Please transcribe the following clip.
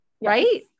Right